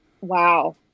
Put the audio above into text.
wow